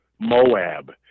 Moab